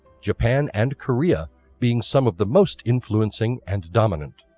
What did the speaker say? japan and korea being some of the most influencing and dominant.